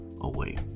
away